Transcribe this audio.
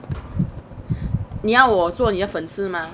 你要我做你的粉丝吗